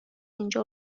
اینجا